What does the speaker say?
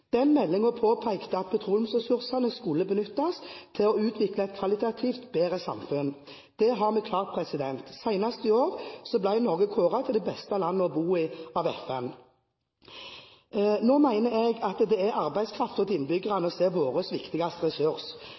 Den meldingen påpekte at petroleumsressursene skulle benyttes til å utvikle «et kvalitativt bedre samfunn». Det har vi klart. Senest i år ble Norge kåret til det beste landet å bo i av FN. Nå mener jeg at det er arbeidskraften til innbyggerne som er vår viktigste ressurs,